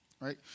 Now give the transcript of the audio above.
right